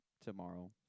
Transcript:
tomorrow